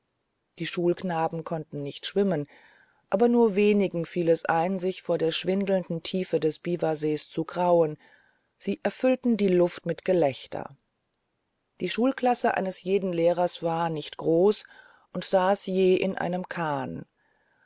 die schulknaben konnten nicht schwimmen aber nur wenigen fiel es ein sich vor der schwindelnden tiefe des biwasees zu grauen und sie füllten die luft mit gelächter die schulklasse eines jeden lehrers war nicht groß und saß in je einem kahn